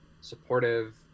supportive